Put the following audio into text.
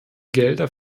gelder